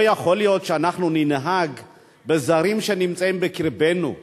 לא יכול להיות שאנחנו ננהג בזרים שנמצאים בקרבנו,